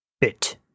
BIT